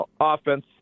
offense